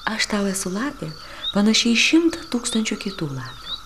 aš tau esu lapė panaši į šimtą tūkstančių kitų lapių